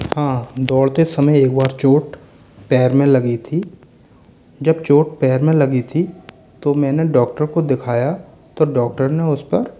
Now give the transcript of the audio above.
हाँ दौड़ते समय एक बार चोट पैर में लगी थी जब चोट पैर में लगी थी तो मैंने डॉक्टर को दिखाया तो ने उस पर